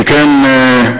אם כן,